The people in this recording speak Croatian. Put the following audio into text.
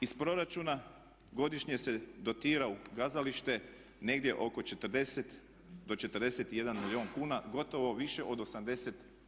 Iz proračuna godišnje se dotira u kazalište negdje oko 40 do 41 milijun kuna, gotovo više od 80%